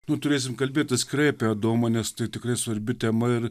nu turėsim kalbėt atskirai apie adomą nes tai tikrai svarbi tema ir